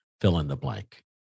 fill-in-the-blank